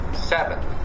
seven